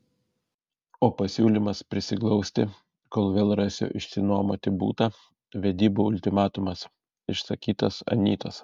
o pasiūlymas prisiglausti kol vėl rasiu išsinuomoti butą vedybų ultimatumas išsakytas anytos